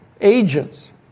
agents